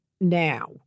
now